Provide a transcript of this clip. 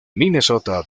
minnesota